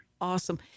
awesome